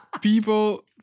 people